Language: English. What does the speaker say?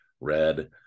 red